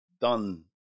done